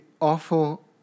awful